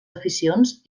aficions